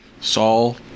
saul